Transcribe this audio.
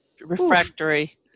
refractory